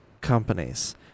companies